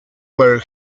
where